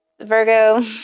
Virgo